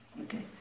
Okay